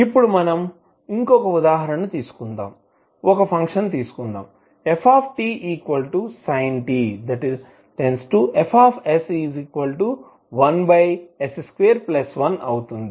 ఇప్పుడు మనం మరొక ఉదాహరణ తీసుకుందాం ఒక ఫంక్షన్ తీసుకుందాం ftsin t↔Fs1s21 అవుతుంది